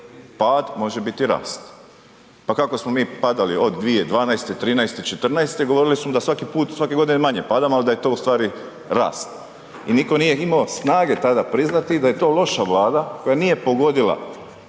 pad može biti rast. Pa kako smo mi padali od 2012., 2013., 2014., govorili su da svake godine manje padamo ali da je to ustvari rast i nitko nije imao snage tada priznati da je to loša Vlada koja nije pogodila